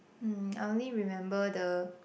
hmm I only remember the